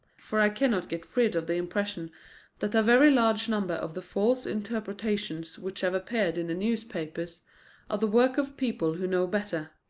for i cannot get rid of the impression that a very large number of the false interpretations which have appeared in the newspapers are the work of people who know better.